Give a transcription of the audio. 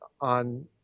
on